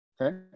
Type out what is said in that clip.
okay